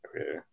okay